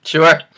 Sure